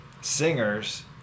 singers